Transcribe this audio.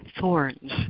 thorns